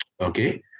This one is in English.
okay